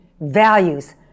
values